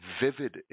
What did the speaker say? vivid